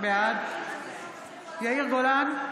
בעד יאיר גולן,